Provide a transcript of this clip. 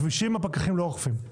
בכבישים הפקחים לא אוכפים.